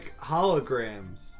holograms